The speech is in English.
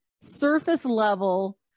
surface-level